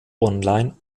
online